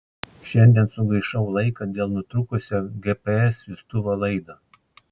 šiandien sugaišau laiką dėl nutrūkusio gps siųstuvo laido